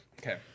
Okay